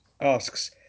asks